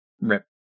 Rip